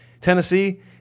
Tennessee